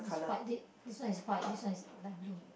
that's white this this one is white this one is light blue